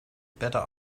better